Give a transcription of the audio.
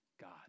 God